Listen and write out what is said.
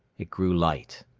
it grew light.